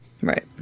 Right